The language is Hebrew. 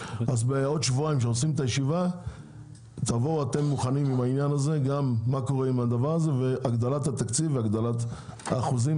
בעוד שבועיים תבואו מוכנים לישיבה גם לגבי הגדלת התקציב והאחוזים.